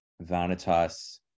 Vanitas